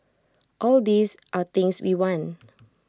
all these are things we want